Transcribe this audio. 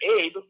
Abe